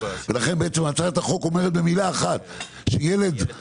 ולכן בעצם הצעת החוק אומרת במילה אחת שילד